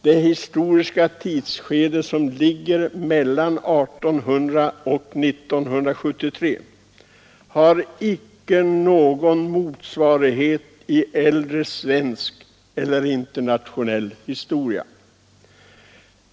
Det tidsskede som ligger mellan åren 1809 och 1973 har icke någon motsvarighet, vare sig i svensk eller i internationell historia.